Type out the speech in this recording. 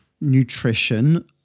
nutrition